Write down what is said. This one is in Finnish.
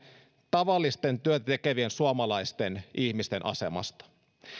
tavallisten työtä tekevien suomalaisten ihmisten asemasta